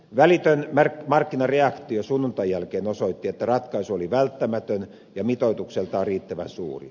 välitön markkinareaktio sunnuntain jälkeen osoitti että ratkaisu oli välttämätön ja mitoitukseltaan riittävän suuri